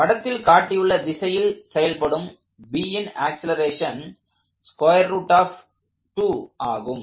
படத்தில் காட்டியுள்ள திசையில் செயல்படும் Bன் ஆக்ஸலரேஷன் ஆகும்